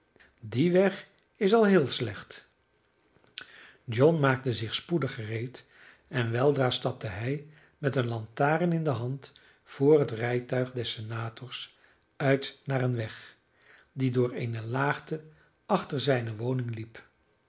die weg is al heel slecht john maakte zich spoedig gereed en weldra stapte hij met een lantaarn in de hand vr het rijtuig des senators uit naar een weg die door eene laagte achter zijne woning liep